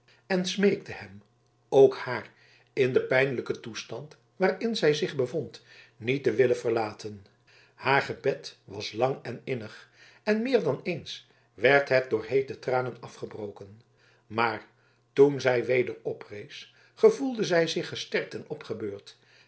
en smeekte hem ook haar in den pijnlijken toestand waarin zij zich bevond niet te willen verlaten haar gebed was lang en innig en meer dan eens werd het door heete tranen afgebroken maar toen zij weder oprees gevoelde zij zich gesterkt en opgebeurd